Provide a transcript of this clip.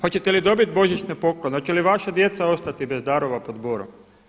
Hoćete li dobiti božićne poklone, hoće li vaša djeca ostati bez darova pod borom?